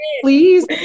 Please